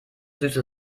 süße